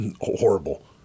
horrible